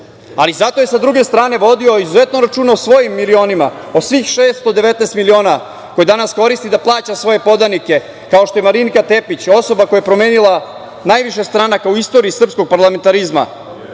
ali zato je sa druge strane vodio izuzetno računa o svojim milionima, o svojih 619 miliona koje danas koristi da plaća svoje podanike, kao što je Marinika Tepić, osoba koja je promenila najviše stranaka u istoriji srpskog parlamentarizma.